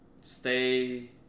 stay